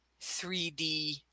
3D